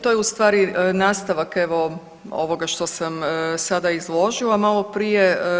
To je u stvari nastavak evo ovoga što sam sada izložila maloprije.